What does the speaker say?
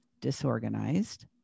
disorganized